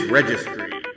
Registry